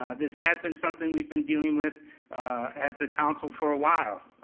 this has been something we've been dealing with as a council for a while.